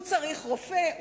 הוא צריך רופא,